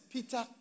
Peter